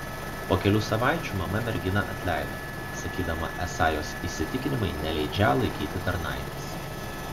po kelių savaičių mama merginą atleido sakydama esą jos įsitikinimai neleidžią laikyti tarnaitės